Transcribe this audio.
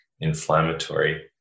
inflammatory